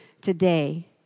today